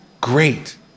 great